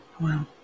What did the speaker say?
Wow